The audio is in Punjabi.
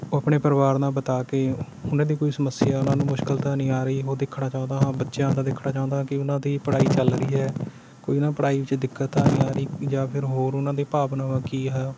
ਉਹ ਆਪਣੇ ਪਰਿਵਾਰ ਨਾਲ ਬਿਤਾ ਕੇ ਉਹਨਾਂ ਦੀ ਕੋਈ ਸਮੱਸਿਆ ਨਾ ਉਹਨੂੰ ਮੁਸ਼ਕਿਲ ਤਾਂ ਨਹੀਂ ਆ ਰਹੀ ਉਹ ਦੇਖਣਾ ਚਾਹੁੰਦਾ ਹਾਂ ਬੱਚਿਆਂ ਦਾ ਦੇਖਣਾ ਚਾਹੁੰਦਾ ਹਾਂ ਕਿ ਉਹਨਾਂ ਦੀ ਪੜ੍ਹਾਈ ਚੱਲ ਰਹੀ ਹੈ ਕੋਈ ਉਹਨਾਂ ਨੂੰ ਪੜ੍ਹਾਈ ਵਿੱਚ ਦਿੱਕਤ ਤਾਂ ਨਹੀਂ ਆ ਰਹੀ ਜਾਂ ਫਿਰ ਹੋਰ ਉਹਨਾਂ ਦੀਆਂ ਭਾਵਨਾਵਾਂ ਕੀ ਹੈ